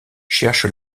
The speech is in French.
cherche